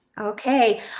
Okay